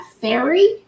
fairy